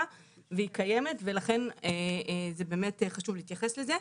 והיא קיימת ולכן באמת חשוב להתייחס לזה.